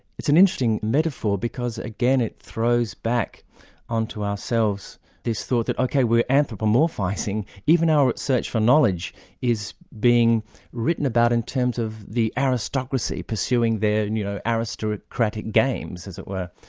it's an interesting metaphor because again it throws back onto ourselves this thought that ok, we're anthromorphising, even our search for knowledge is being written about in terms of the aristocracy pursuing their and you know aristocratic games, as it were.